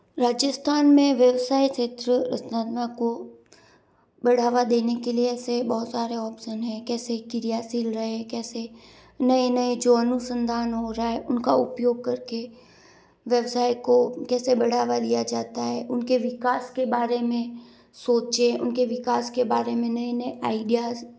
राजस्थान में व्यावसाय क्षेत्र स्थाना को बढ़ावा देने के लिए ऐसे बहुत सारे ऑप्सन हैं कैसे क्रियाशील रहे कैसे नए नए जो अनुसंधान हो रहा है उनका उपयोग कर के व्यवसाय को कैसे बढ़ावा दिया जाता है उनके विकास के बारे में सोचें उनके विकास के बारे में नए नए आइडियाज़